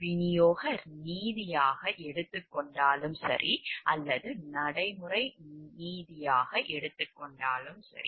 அதை விநியோக நீதியாக எடுத்துக் கொண்டாலும் சரி அல்லது நடைமுறை நீதியாக எடுத்துக் கொள்ளப்பட்டாலும் சரி